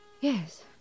Yes